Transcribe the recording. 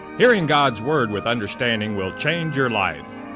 hearing god's word with understanding will change your life.